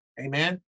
amen